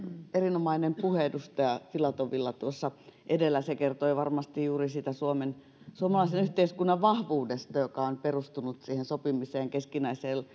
erinomainen puhe edustaja filatovilla tuossa edellä se kertoi varmasti juuri siitä suomalaisen yhteiskunnan vahvuudesta joka on perustunut sopimiseen keskinäiseen